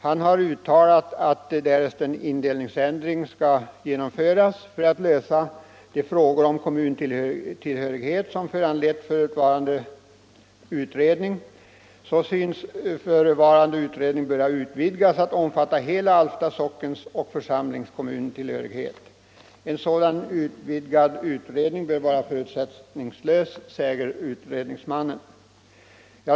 Han har uttalat att därest en indelningsändring skall genomföras för att lösa de frågor om kommuntillhörighet som föranlett förevarande utredning och den tidigare utredningen om gränsdragning i Viksjöfors, synes utredningen böra utvidgas till att omfatta hela Alfta sockens och församlings kommuntillhörighet. En sådan utvidgad utredning bör vara förutsättningslös, säger utredningsmannen.